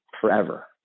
forever